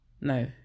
no